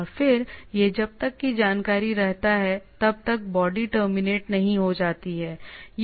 और फिर यह तब तक जारी रहता है जब तक बॉडी टर्मिनेट नहीं हो जाती है